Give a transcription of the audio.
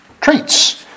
traits